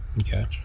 Okay